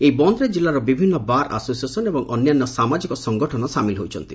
ଏହି ବନ୍ଦରେ ଜିଲ୍ଲାର ବିଭିନ୍ନ ବାର୍ ଆସୋସିଏସନ ଅନ୍ୟାନ୍ୟ ସାମାଜିକ ସଂଗଠନ ସାମିଲ ହୋଇଛନ୍ତି